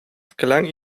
gelang